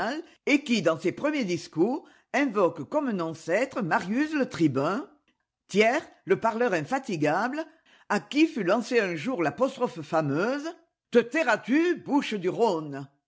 et qui dans ses premiers discours invoque comme un ancêtre marins le tribun thiers le parleur infatigable à qui fut lancée provence comté de nice et corse i un jour l'apostrophe fameuse te tairais tu bouche du rhône